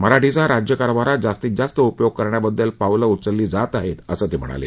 मराठीचा राज्य कारभारात जास्तीत जात उपयोग करण्याबद्दल पावलं उचलली जात आहेत असं ते म्हणाले